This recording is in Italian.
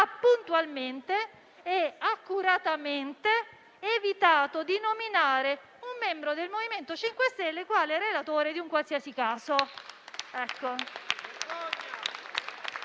puntualmente e accuratamente evitato di nominare un membro del MoVimento 5 Stelle quale relatore di un qualsiasi caso.